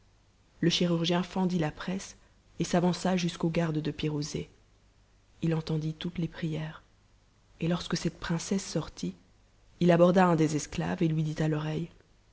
le chirur gien fendit la presse et s'avança jusqu'aux gardes de pirouzé h entendit toutes les prières et lorsque cette princesse sortit il aborda un des esclaves et lui dit à l'oreille